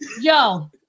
Yo